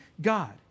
God